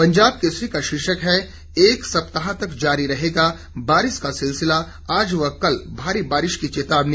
पंजाब केसरी का शीर्षक है एक सप्ताह तक जारी रहेगा बारिश का सिलसिला आज व कल भारी बारिश की चेतावनी